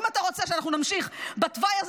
אם אתה רוצה שאנחנו נמשיך בתוואי הזה